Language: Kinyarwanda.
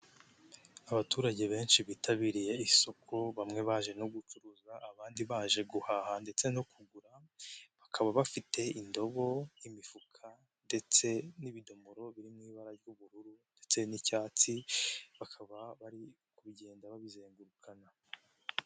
Abaturage benshi bitabiriye isoko, bamwe baje no gucuruza abandi baje guhaha ndetse no kugura, bakaba bafite indobo, imifuka ndetse n'ibidomoro biri mu ibara ry'ubururu ndetse n'icyatsi, bakaba bari kugenda babizengurukana.